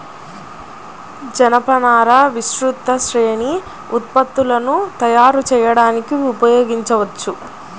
జనపనారను విస్తృత శ్రేణి ఉత్పత్తులను తయారు చేయడానికి ఉపయోగించవచ్చు